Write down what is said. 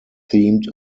themed